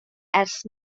ers